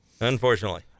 Unfortunately